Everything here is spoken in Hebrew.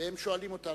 הם שואלים אותנו,